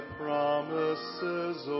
promises